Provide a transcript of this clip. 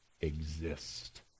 exist